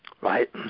right